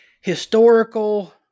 historical